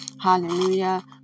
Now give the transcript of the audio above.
Hallelujah